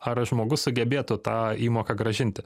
ar žmogus sugebėtų tą įmoką grąžinti